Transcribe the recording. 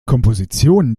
kompositionen